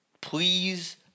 Please